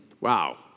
wow